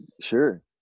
Sure